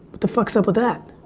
the fuck's up with that?